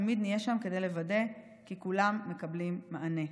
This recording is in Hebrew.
תמיד נהיה שם כדי לוודא כי כולם מקבלים מענה.